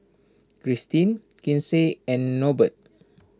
Kristine Kinsey and Norbert